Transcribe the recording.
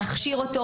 להכשיר אותו,